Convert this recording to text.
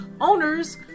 owners